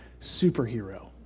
superhero